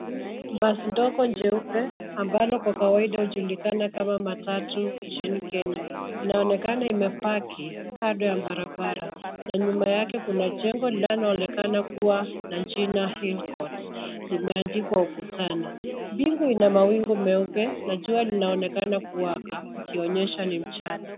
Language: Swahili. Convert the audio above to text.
Basi ndogo jeupe ambalo kwa kawaida hujulikana kama matatu nchini kenya inaonekana imepaki kando ya barabara na nyuma yake kuna jengo linaloonekana kuwa na jina hiicourt limeandikwa ukutani. Mbingu ina mawingu meupe na jua linaendelea kuwaka likionyesha ni mchana.